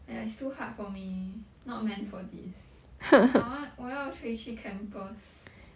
!aiya! it's too hard for me not meant for this I want 我要回去 campus